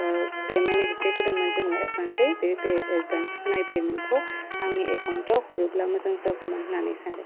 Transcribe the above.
payment एसे होदोंमोन जोङो एडभान्सयै बे बे एडभान्स होनाय पेमेन्टखौ आंनि एकाउन्टयाव हरोब्ला मोजां जागौमोन होन्नानै सानदों